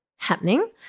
happening